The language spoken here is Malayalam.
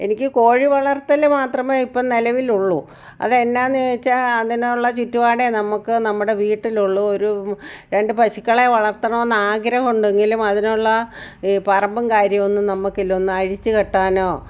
എനിക്ക് കോഴി വളർത്തൽ മാത്രമേ ഇപ്പം നിലവിലുള്ളൂ അത് എന്നാന്ന് ചോദിച്ചാൽ അതിനുള്ള ചുറ്റുപാടെ നമുക്ക് നമ്മുടെ വീട്ടിലുള്ളു ഒരു രണ്ട് പശുക്കളെ വളർത്തണമെന്ന് ആഗ്രഹം ഉണ്ടെങ്കിലും അതിനുള്ള ഈ പറമ്പും കാര്യമൊന്നും നമുക്കില്ല ഒന്ന് അഴിച്ചു കെട്ടാനോ